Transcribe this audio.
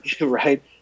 right